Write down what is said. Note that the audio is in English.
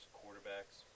quarterbacks